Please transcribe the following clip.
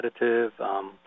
additive